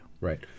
Right